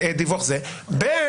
ב',